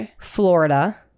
Florida